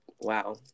Wow